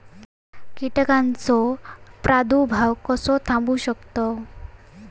कीटकांचो प्रादुर्भाव कसो थांबवू शकतव?